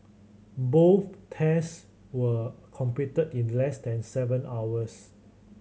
both test were completed in less than seven hours